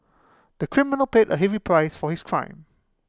the criminal paid A heavy price for his crime